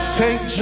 take